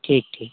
ठीक ठीक है